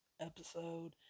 episode